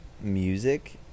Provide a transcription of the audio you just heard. music